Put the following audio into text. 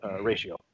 ratio